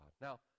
Now